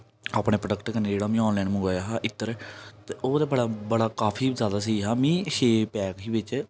अपने प्रोडक्ट कन्नै जेह्ड़ा में आनलाइन मंगवाया हा इत्र ओह् ते बड़ा बड़ा काफी जादा स्हेई हा मिगी छे पैक ही बिच्च